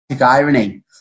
irony